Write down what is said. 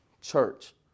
church